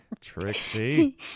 Trixie